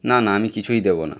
না না আমি কিছুই দেবো না